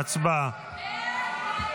סעיף 5,